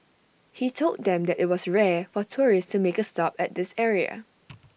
he told them that IT was rare for tourists to make A stop at this area